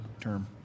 term